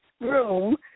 room